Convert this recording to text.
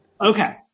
Okay